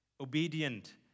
Obedient